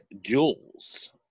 jewels